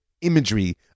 imagery